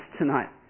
tonight